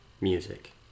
Music